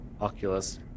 Oculus